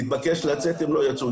התבקש לצאת הם לא יצאו.